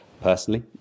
Personally